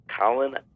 Colin